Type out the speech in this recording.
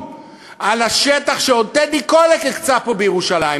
על השטח שעוד טדי קולק הקצה פה בירושלים,